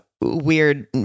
weird